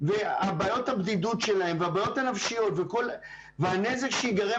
ובעיות הבדידות שלהם והבעיות הנפשיות והנזק שייגרם